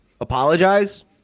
Apologize